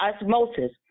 osmosis